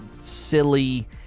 silly